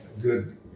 good